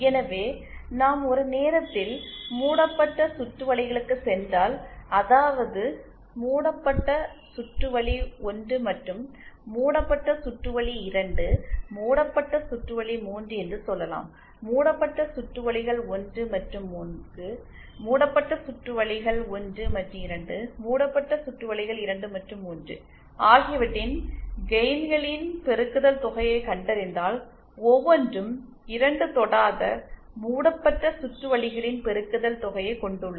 எனவே நாம் ஒரு நேரத்தில் மூடப்பட்ட சுற்று வழிகளுக்கு சென்றால் அதாவது மூடப்பட்ட சுற்று வழி 1 மற்றும் மூடப்பட்ட சுற்று வழி 2 மூடப்பட்ட சுற்று வழி 3 என்று சொல்லலாம் மூடப்பட்ட சுற்று வழிகள் 1 மற்றும் 3 மூடப்பட்ட சுற்று வழிகள் 1 மற்றும் 2 மூடப்பட்ட சுற்று வழிகள் 2 மற்றும் 3 ஆகியவற்றின் கெயின்களின் பெருக்குதல் தொகையை கண்டறிந்தால் ஒவ்வொன்றும் 2 தொடாத மூடப்பட்ட சுற்று வழிகளின் பெருக்குதல் தொகையை கொண்டுள்ளது